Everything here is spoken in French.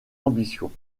ambitions